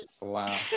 Wow